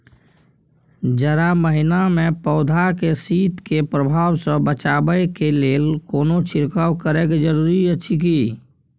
जारा महिना मे पौधा के शीत के प्रभाव सॅ बचाबय के लेल कोनो छिरकाव करय के जरूरी अछि की?